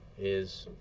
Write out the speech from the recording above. is